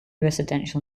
residential